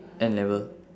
N level